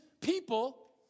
people